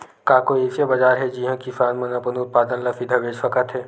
का कोई अइसे बाजार हे जिहां किसान मन अपन उत्पादन ला सीधा बेच सकथे?